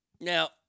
Now